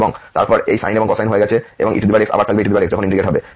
এবং তারপর এই সাইন এই কোসাইন হয়ে গেছে এবং ex আবার থাকবে ex যখন ইন্টিগ্রেট হবে